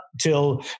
till